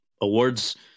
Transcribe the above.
awards